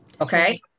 Okay